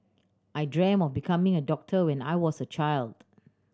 I dreamt of becoming a doctor when I was a child